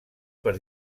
per